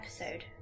episode